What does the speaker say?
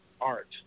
art